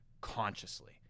consciously